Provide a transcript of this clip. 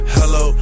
Hello